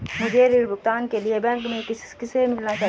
मुझे ऋण भुगतान के लिए बैंक में किससे मिलना चाहिए?